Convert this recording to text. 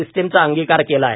सिस्टीमचा अंगीकार केला आहे